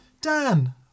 Dan